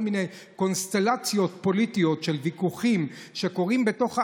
מיני קונסטלציות פוליטיות של ויכוחים שקורים בתוך העם,